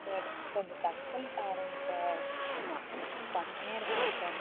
sir கொஞ்சம் டக்குன்னு பாருங்கள் சார் பட்னியாக இருக்கங்க சாரு